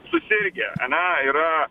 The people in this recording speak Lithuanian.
susirgę ane yra